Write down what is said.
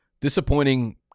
disappointing